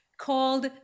called